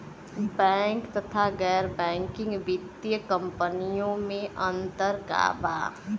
Bank तथा गैर banking वित्तीय कम्पनीयो मे अन्तर का बा?